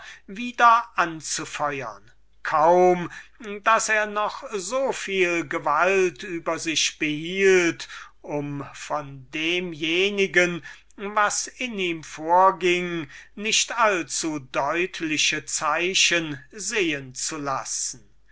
zu tun kaum daß er noch so viel gewalt über sich selbst behielt um von demjenigen was in ihm vorging nicht allzudeutliche würkungen sehen zu lassen